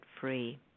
free